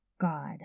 God